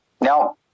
Now